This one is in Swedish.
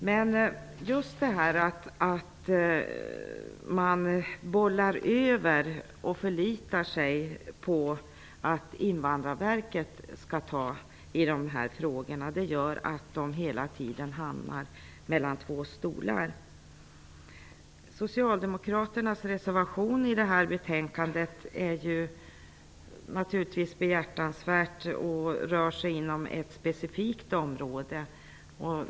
Men att det bollas över till Invandrarverket och att man förlitar sig till att Invandrarverket skall ta tag i dessa frågor gör att frågorna hela tiden hamnar mellan två stolar. Socialdemokraternas reservation i det avseendet i detta betänkande är naturligtvis behjärtansvärd. Den rör sig inom ett specifikt område.